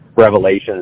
revelations